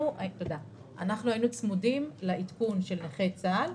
היינו צמודים לעדכון של נכי צה"ל,